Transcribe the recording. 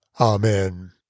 Amen